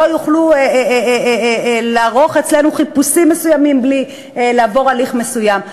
לא יוכלו לערוך אצלנו חיפושים מסוימים בלי לעבור הליך מסוים.